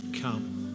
come